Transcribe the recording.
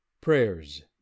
Prayers